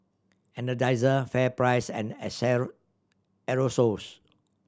Energizer FairPrice and Aerosoles